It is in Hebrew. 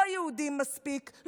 לא יהודים מספיק,